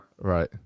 right